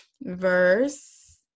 verse